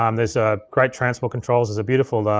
um there's ah great transport controls, there's a beautiful